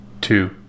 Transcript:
two